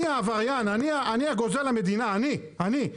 אני עבריין, אני גוזל המדינה אני, אני,